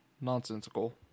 nonsensical